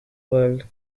world